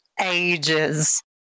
ages